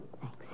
Thanks